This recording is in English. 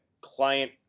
client